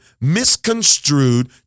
misconstrued